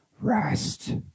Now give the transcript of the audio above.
rest